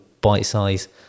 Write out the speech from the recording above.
bite-sized